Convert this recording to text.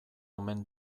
omen